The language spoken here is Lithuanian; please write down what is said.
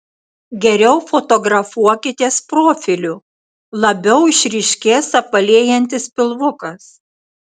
geriau fotografuokitės profiliu labiau išryškės apvalėjantis pilvukas